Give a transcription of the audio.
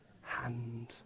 hand